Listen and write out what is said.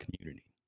community